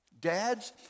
Dads